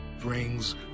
brings